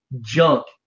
junk